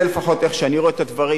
לפחות אני רואה את הדברים.